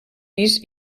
pis